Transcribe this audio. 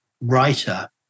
writer